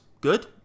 good